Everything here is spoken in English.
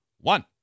one